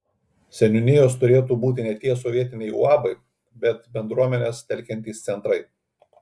seniūnijos turėtų būti ne tie sovietiniai uabai bet bendruomenes telkiantys centrai